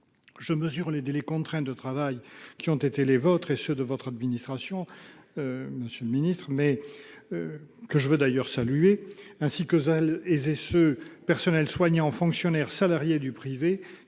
Je mesure les délais contraints de travail qui ont été les vôtres et ceux de votre administration, monsieur le secrétaire d'État, que je veux d'ailleurs saluer, ainsi que les personnels soignants, les fonctionnaires, les salariés du privé